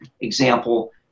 example